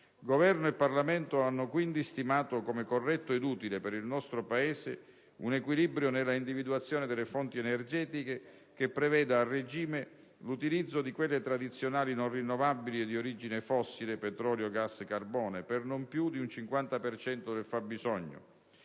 Governo e Parlamento hanno quindi stimato come corretto ed utile per il nostro Paese un equilibrio nella individuazione delle fonti energetiche, che preveda a regime l'utilizzo di quelle tradizionali non rinnovabili e di origine fossile (petrolio, gas, carbone) per non più di un 50 per cento del fabbisogno,